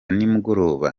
nimugoroba